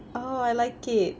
oh I like it